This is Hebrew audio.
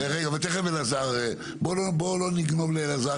ותכף אלעזר, בואו לא נגנוב לאלעזר